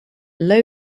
low